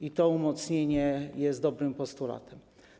I to umocnienie jest dobrym postulatem.